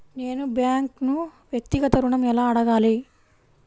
నేను బ్యాంక్ను వ్యక్తిగత ఋణం ఎలా అడగాలి?